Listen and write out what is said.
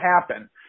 happen